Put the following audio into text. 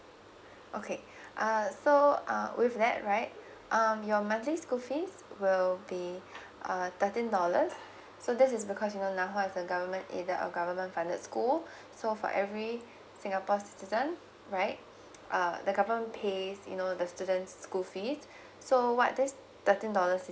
okay uh so uh with that right um your monthly school fees will be uh thirteen dollars so this is because you know is a government aided a government funded school so for every singapore citizen right uh the government pays you know the students school fees so what this thirteen dollars is